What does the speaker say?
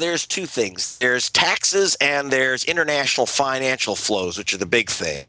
there's two things there's taxes and there's international financial flows which are the big thing